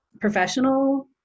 professional